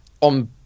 on